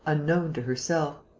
unknown to herself.